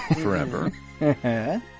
forever